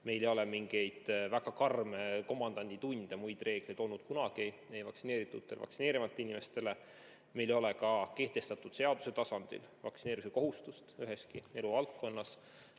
Meil ei ole olnud mingeid väga karme komandanditunde või muid seesuguseid reegleid ei vaktsineeritud ega vaktsineerimata inimestele. Meil ei ole ka kehtestatud seaduse tasandil vaktsineerimise kohustust üheski eluvaldkonnas.